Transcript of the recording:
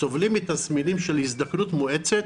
סובלים מתסמינים של הזדקנות מואצת